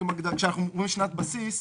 כשאנחנו אומרים "שנת בסיס"